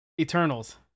Eternals